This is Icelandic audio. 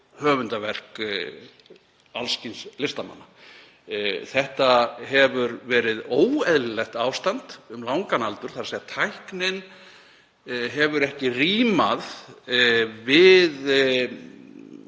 höfundarverk alls kyns listamanna. Þetta hefur verið óeðlilegt ástand um langan aldur, þ.e. tæknin hefur ekki rímað við